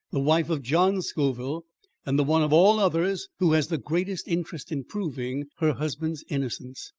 the wife of john scoville and the one of all others who has the greatest interest in proving her husband's innocence.